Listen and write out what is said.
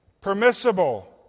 permissible